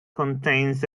contains